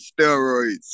steroids